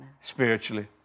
Spiritually